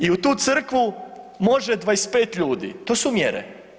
I u tu crkvu može 25 ljudi, to su mjere.